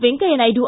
Venkaiah Naidu